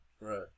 Right